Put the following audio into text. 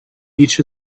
each